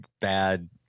bad